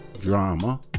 drama